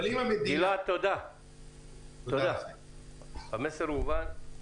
אבל אם המדינה --- גלעד, המסר הובן.